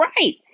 right